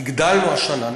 הגדלנו השנה.